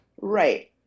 Right